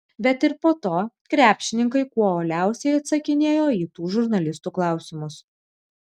bet ir po to krepšininkai kuo uoliausiai atsakinėjo į tų žurnalistų klausimus